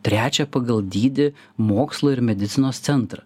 trečia pagal dydį mokslo ir medicinos centrą